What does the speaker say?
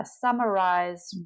summarize